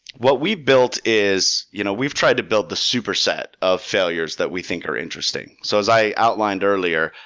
what we've built is you know we've tried to build the superset of failures that we think are interesting. so as i outlined earlier,